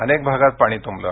अनेक भागात पाणी तुंबले